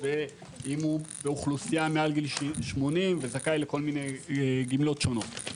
ואם הוא באוכלוסייה מעל גיל 80 וזכאי לכל מיני גמלות שונות.